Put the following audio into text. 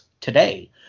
today